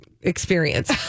experience